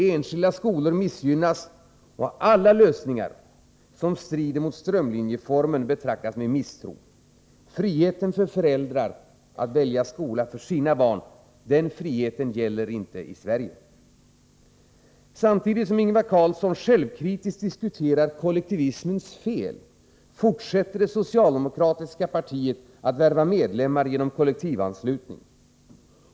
Enskilda skolor missgynnas, och alla lösningar som strider mot strömlinjeformen betraktas med misstro. Friheten för föräldrar attt välja skola för sina barn gäller inte i Sverige. Samtidigt som Ingvar Carlsson självkritiskt diskuterar kollektivismens fel, fortsätter det socialdemokratiska partiet att värva medlemmar genom kollektivanslutning.